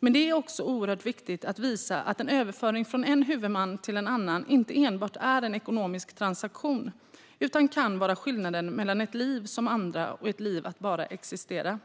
Men det är också oerhört viktigt att visa att en överföring från en huvudman till en annan inte enbart är en ekonomisk transaktion utan kan vara skillnaden mellan att leva som andra och att bara existera.